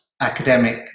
academic